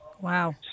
Wow